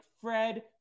Fred